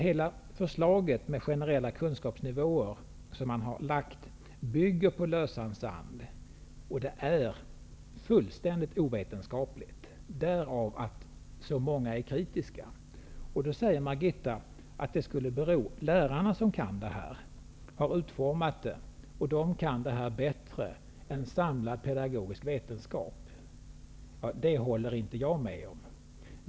Hela förslaget med generella kunskapsnivåer bygger på lösan sand och är fullständigt ovetenskapligt. Därav att så många är kritiska. Margitta Edgren säger att lärarna har utformat förslaget och att de kan detta med betyg bättre än en samlad pedagogisk vetenskap. Det håller inte jag med om.